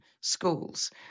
schools